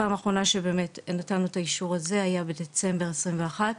פעם האחרונה שנתנו את האישור הזה היה בדצמבר 2021,